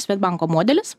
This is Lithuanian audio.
svedbanko modelis